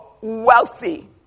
wealthy